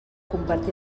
compartir